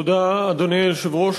תודה, אדוני היושב-ראש.